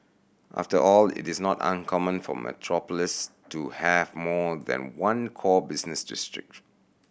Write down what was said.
after all it is not uncommon for metropolis to have more than one core business district